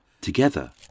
together